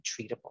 treatable